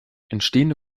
entstehende